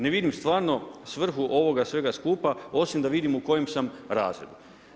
Ne vidim stvarno svrhu ovoga svega skupa osim da vidim u kojem sam razredu.